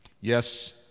Yes